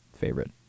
favorite